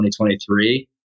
2023